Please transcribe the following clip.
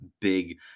big